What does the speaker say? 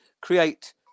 create